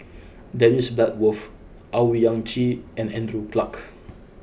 Dennis Bloodworth Owyang Chi and Andrew Clarke